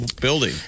building